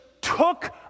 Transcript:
took